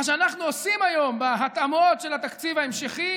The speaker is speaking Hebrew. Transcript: מה שאנחנו עושים היום, בהתאמות של התקציב ההמשכי,